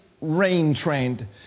rain-trained